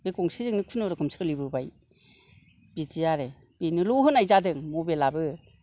बे गंसे जोंनो खुनुरुखुम सोलिबोबाय बिदि आरो बेनोल' होनाय जादों मबाइलाबो